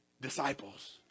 disciples